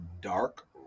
Dark